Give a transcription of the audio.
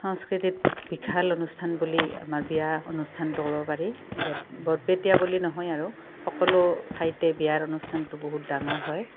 সংস্কৃতিত বিশাল অনুষ্ঠান বুলি আমাৰ বিয়া অনুষ্ঠানটো ক'ব পাৰি বৰ বৰপেটীয়া বুলি নহয় আৰু সকলো ঠাইতে বিয়াৰ অনুষ্ঠানটো বহুত ডাঙৰ হয়